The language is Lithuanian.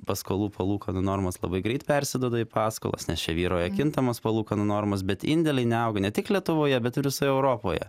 paskolų palūkanų normos labai greit persiduoda į paskolas nes čia vyrauja kintamos palūkanų normos bet indėliai neauga ne tik lietuvoje bet ir visoje europoje